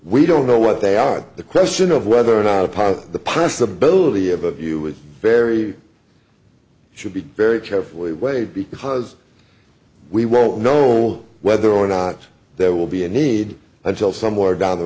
we don't know what they are the question of whether or not upon the possibility of a view was very should be very carefully weighed because we won't know whether or not there will be a need until somewhere down the